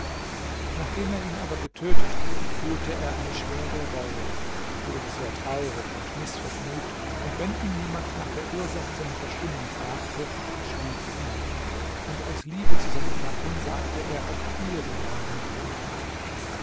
nachdem er ihn aber getötet hatte fühlte er schwere reue wurde sehr traurig und mißvergnügt und wenn ihn jemand nach der ursache seiner verstimmung fragte schwieg er und aus liebe zu seiner gattin sagte er auch ihr den wahren grund nicht